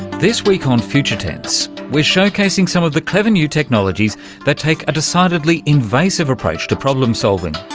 this week on future tense we're showcasing some of the clever new technologies that take a decidedly invasive approach to problem solving.